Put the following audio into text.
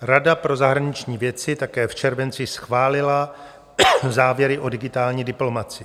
Rada pro zahraniční věci také v červenci schválila závěry o digitální diplomacii.